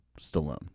Stallone